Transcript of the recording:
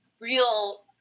real